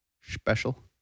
Special